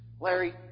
Larry